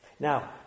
Now